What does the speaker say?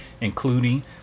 including